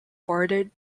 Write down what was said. forwarded